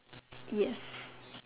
yes